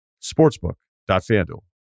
sportsbook.fanduel